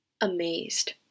amazed